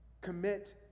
Commit